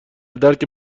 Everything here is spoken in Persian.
درک